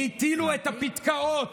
הטילו את הפתקאות